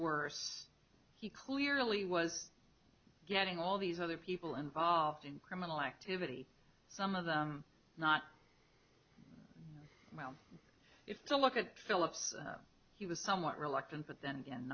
worse he clearly was getting all these other people involved in criminal activity some of them not well it's a look at philips he was somewhat reluctant but then again